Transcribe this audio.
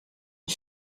een